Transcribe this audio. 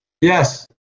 Yes